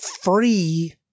free